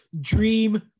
Dream